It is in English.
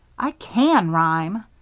i can rhyme,